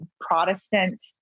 Protestant